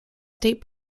state